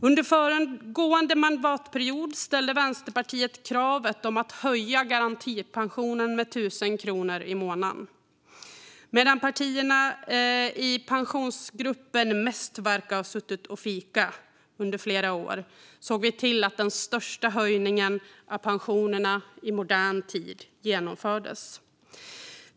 Under föregående mandatperiod ställde Vänsterpartiet krav om att höja garantipensionen med 1 000 kronor i månaden. Medan partierna i Pensionsgruppen mest verkar ha suttit och fikat under flera år såg vi till att den största höjningen av pensionerna i modern tid genomfördes.